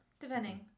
Depending